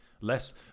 less